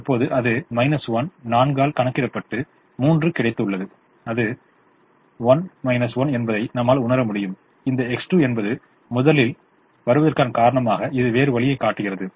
இப்போது அது 1 4 ஆல் கணக்கிடப்பட்டு 3 கிடைத்துள்ளது அது 1 1 என்பதை நம்மால் உணர முடியும் இந்த X2 என்பது முதலில் வருவதற்கான காரணமாக இது வேறு வழியைக் காட்டுகிறது